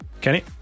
Kenny